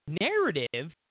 narrative